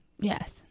Yes